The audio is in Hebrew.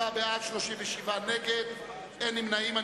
67 בעד, 37 נגד, אין נמנעים.